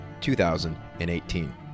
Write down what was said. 2018